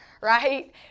right